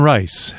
Rice